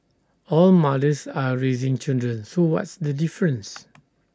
all mothers are raising children so what's the difference